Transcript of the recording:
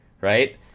right